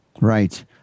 Right